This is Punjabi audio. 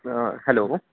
ਹਾਂ ਹੈਲੋ